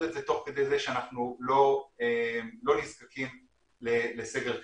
את זה תוך כדי זה שאנחנו לא נזקקים לסגר כללי.